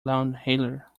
loudhailer